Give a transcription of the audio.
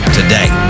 today